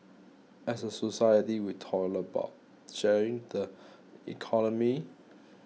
as a society we talk a lot about sharing the economy